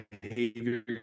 behavior